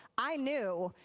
i knew.